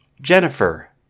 Jennifer